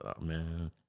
man